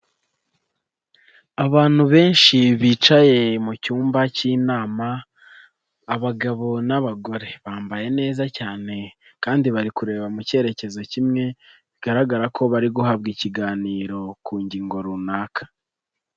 Abantu benshi bicaye mu cyumba cy'inama, abagabo n'abagore, bambaye neza cyane kandi bari kureba mu cyerekezo kimwe, bigaragara ko bari guhabwa ikiganiro ku ngingo runaka.